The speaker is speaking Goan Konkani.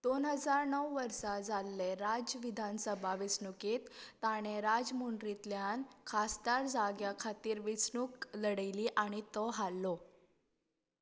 दोन हजार णव वर्सा जाल्ले राज्य विधानसभा वेंचणुकेंत ताणें राजमुंड्रींतल्यान खासदार जाग्या खातीर वेंचणूक लडयली आनी तो हारलो